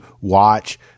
watch